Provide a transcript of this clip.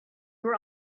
were